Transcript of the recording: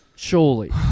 Surely